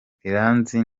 iranzi